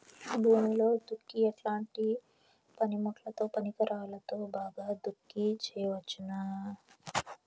భూమిలో దుక్కి ఎట్లాంటి పనిముట్లుతో, పరికరాలతో బాగా దుక్కి చేయవచ్చున?